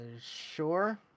sure